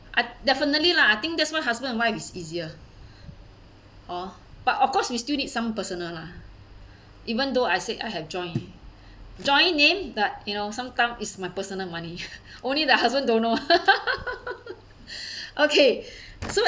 I definitely lah I think that's why husband and wife is easier orh but of course we still need some personal lah even though I said I have joint joint name that you know sometime it's my personal money only the husband don't know okay so